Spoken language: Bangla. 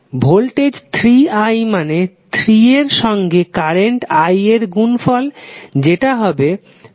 ভোল্টেজ 3i মানে 3 এর সঙ্গে কারেন্ট i এর গুনফল যেটা হবে 15cos 60πt